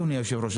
אדוני היושב-ראש.